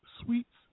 sweets